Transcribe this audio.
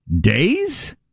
days